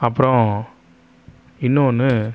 அப்புறம் இன்னொன்று